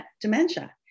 dementia